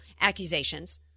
accusations